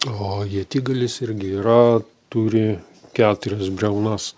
o ietigalis irgi yra turi keturias briaunas